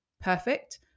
perfect